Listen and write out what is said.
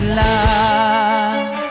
love